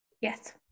Yes